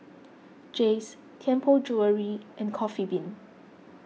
Jays Tianpo Jewellery and Coffee Bean